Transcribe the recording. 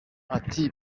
ati